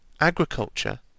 agriculture